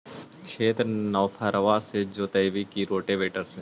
खेत नौफरबा से जोतइबै की रोटावेटर से?